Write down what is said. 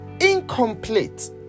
incomplete